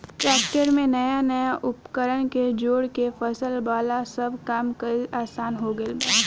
tractor में नया नया उपकरण के जोड़ के फसल वाला सब काम कईल आसान हो गईल बा